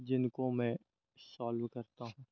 जिनको मैं सॉल्व करता हूँ